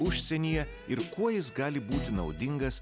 užsienyje ir kuo jis gali būti naudingas